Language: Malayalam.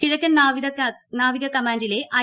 കിഴക്കൻ നാവിക കമാൻഡിലെ ഐ